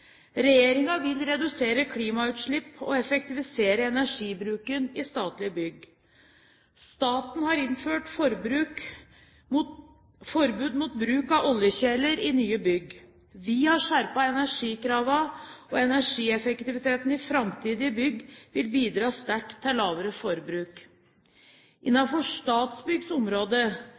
vil redusere klimautslipp og effektivisere energibruken i statlige bygg. Staten har innført forbud mot bruk av oljekjeler i nye bygg. Vi har skjerpet energikravene, og energieffektiviteten i framtidige bygg vil bidra sterkt til lavere forbruk.